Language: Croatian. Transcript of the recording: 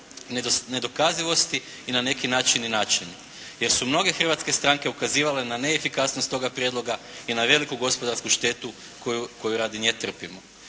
Nedokazivosti i na neki način i način, jer su mnoge hrvatske stranke ukazivale na neefikasnost toga prijedloga i na veliku gospodarsku štetu koju radi nje trpimo.